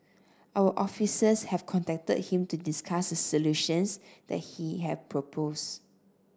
our officers have contacted him to discuss the solutions that he has propose